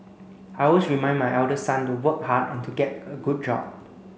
I always remind my elder son to work hard and to get a good job